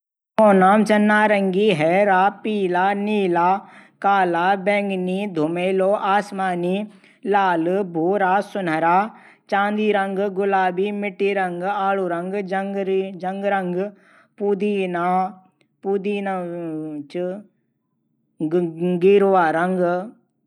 Hindi English Marathi Tamil Kannada Gujarati, बांग्ला,